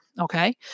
Okay